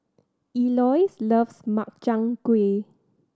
Eloise loves Makchang Gui